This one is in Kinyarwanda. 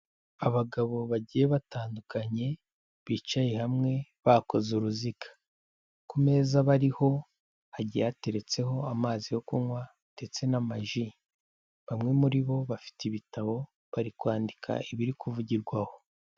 Abagabo bagiye batandukanye bicaye hamwe bakoze uruziga, ku meza bariho hagiye hateretseho amazi yo kunywa ndetse n'amaji, bamwe muri bo bafite ibitabo bari kwandika ibiri kuvugirwa aho.